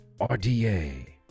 RDA